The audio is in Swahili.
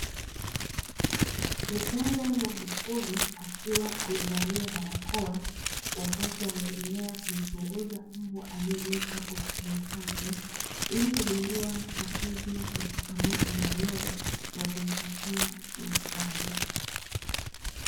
Mtaalamu wa mifugo akiwa amevalia barakoa, wakati anaendelea kumchunguza mbwa aliyeletwa ofisini kwake, ili kugundua tatizo la changamoto aliyonayo na kumpatia matibabu.